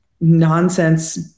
nonsense